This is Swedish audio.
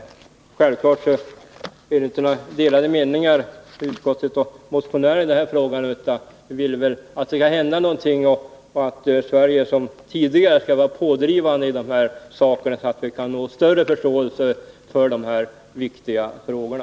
Det råder självfallet inte delade meningar mellan utskottet och oss motionärer i den här frågan. Vi vill att det skall hända någonting och att Sverige som tidigare skall vara pådrivande i dessa sammanhang, så att vi kan nå större förståelse för de här viktiga frågorna.